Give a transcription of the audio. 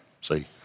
see